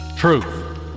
truth